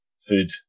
food